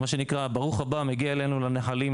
ברוך הבא מגיע אלינו לנחלים,